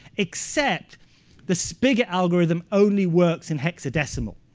except the spigot algorithm only works in hexadecimal,